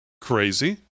crazy